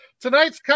Tonight's